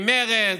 עם מרצ.